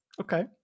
okay